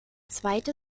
zweite